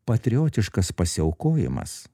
patriotiškas pasiaukojimas